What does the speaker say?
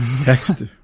text